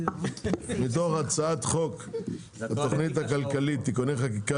מתוך הצעת חוק התכנית הכלכלית (תיקוני חקיקה